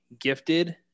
gifted